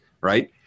right